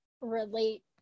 relate